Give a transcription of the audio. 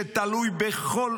-- שתלוי בכל